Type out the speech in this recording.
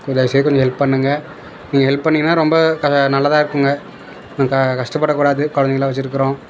கொஞ்சம் தயவு செஞ்சு கொஞ்சம் ஹெல்ப் பண்ணுங்கள் நீங்கள் ஹெல்ப் பண்ணிங்கன்னால் ரொம்ப நல்லதான் இருக்குங்க கஷ்டப்படக்கூடாது குழந்தைங்கள வச்சுருக்குறோம்